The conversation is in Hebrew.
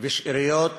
ושאריות